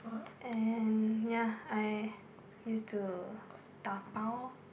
and ya I used to dabao